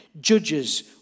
Judges